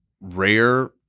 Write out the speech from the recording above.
rare